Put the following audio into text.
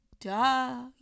Duh